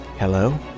Hello